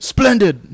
Splendid